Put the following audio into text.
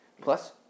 Plus